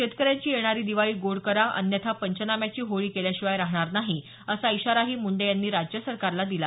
शेतकऱ्यांची येणारी दिवाळी गोड करा अन्यथा पंचनाम्याची होळी केल्याशिवाय राहणार नाही असा इशाराही मुंडे यांनी राज्य सरकारला दिला